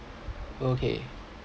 okay